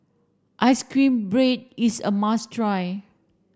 ice cream bread is a must try